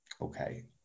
Okay